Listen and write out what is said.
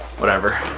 whatever.